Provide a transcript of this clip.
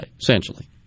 essentially